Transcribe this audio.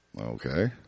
Okay